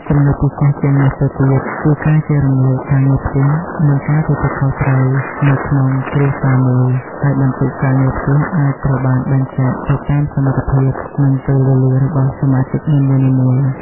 ចំណុចពិសេសជាងនេះទៅទៀត គឺការចែករំលែកការងារផ្ទះ និងការទទួលខុសត្រូវ នៅក្នុងគ្រួសារមួយ ហើយបន្ទុកការងារផ្ទះអាចត្រូវបានបែងចែកទៅតាមសមត្ថភាព និងពេលវេលារបស់សមាជិកនីមួយៗ។